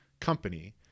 company